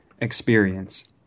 experience